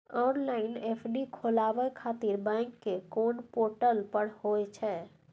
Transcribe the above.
Online FD खोलाबय खातिर bank के कोन पोर्टल पर होए छै?